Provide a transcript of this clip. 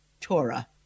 Torah